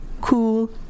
Cool